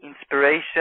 inspiration